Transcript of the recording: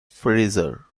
frasier